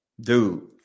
Dude